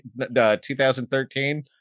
2013